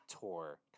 tour